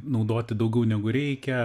naudoti daugiau negu reikia